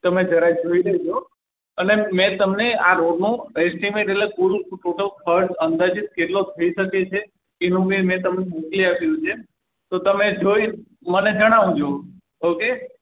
તમે જરા જોઈ લેજો અને મેં તેમને આ રોડનો એસ્ટિમેટ એટલે થોડુંક ટોટલ ખર્ચ અંદાજિત કેટલો થઈ શકે છે એનું બી મેં તમને મોકલી આપ્યું છે તો તમે જોઈ મને જણાવજો ઓકે